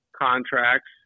contracts